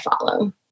follow